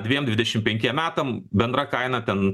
dviem dvidešim penkiem metam bendra kaina ten